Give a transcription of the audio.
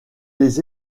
des